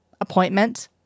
appointment